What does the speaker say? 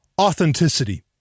authenticity